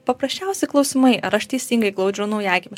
paprasčiausi klausimai ar aš teisingai glaudžiu naujagimį